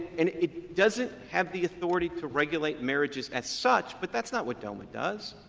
and it doesn't have the authority to regulate marriages, as such, but that's not what doma does.